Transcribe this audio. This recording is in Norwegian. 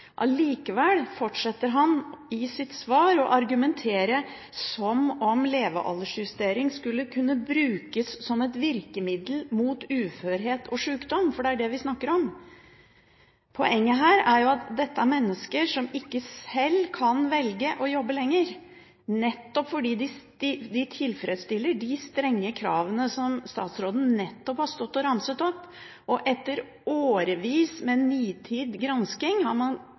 fortsetter han, i sitt svar, å argumentere som om levealdersjustering skulle kunne brukes som et virkemiddel mot uførhet og sykdom – for det er det vi snakker om. Poenget er jo at dette er mennesker som ikke selv kan velge å jobbe lenger, nettopp fordi de tilfredsstiller de strenge kravene som statsråden nettopp har stått og ramset opp, og fordi man etter årevis med nitid granskning har